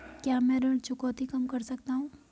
क्या मैं ऋण चुकौती कम कर सकता हूँ?